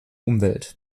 umwelt